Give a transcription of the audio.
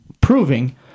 proving